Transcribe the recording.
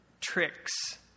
tricks